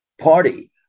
party